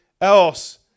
else